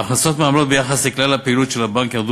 ההכנסות מעמלות ביחס לכלל הפעילות של הבנק ירדו